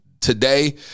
today